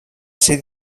ser